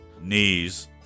knees